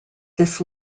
this